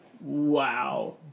wow